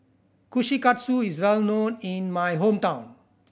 kushikatsu is well known in my hometown